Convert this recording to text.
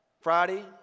Friday